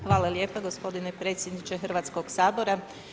Hvala lijepo gospodine predsjedniče Hrvatskog sabora.